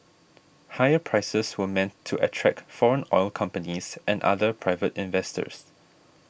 higher prices were meant to attract foreign oil companies and other private investors